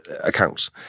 accounts